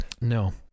no